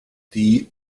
die